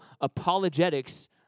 apologetics